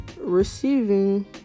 Receiving